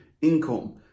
income